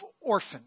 orphan